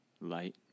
light